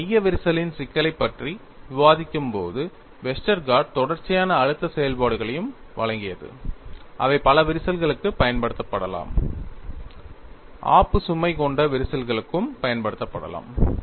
ஒரு மைய விரிசலின் சிக்கலைப் பற்றி விவாதிக்கும் போது வெஸ்டர்கார்ட் தொடர்ச்சியான அழுத்த செயல்பாடுகளையும் வழங்கியது அவை பல விரிசல்களுக்கு பயன்படுத்தப்படலாம் ஆப்பு சுமை கொண்ட விரிசல்களுக்கும் பயன்படுத்தப்படலாம்